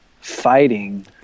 fighting